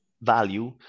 value